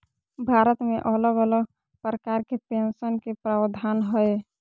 भारत मे अलग अलग प्रकार के पेंशन के प्रावधान हय